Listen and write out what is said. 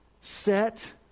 set